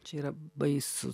čia yra baisu